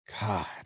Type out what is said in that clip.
God